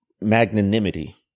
magnanimity